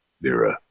Mira